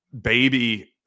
baby